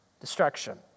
destruction